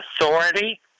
authority